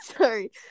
Sorry